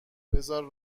بذار